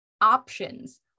options